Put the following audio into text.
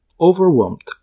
overwhelmed